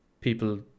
people